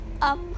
up